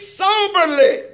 soberly